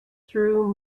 through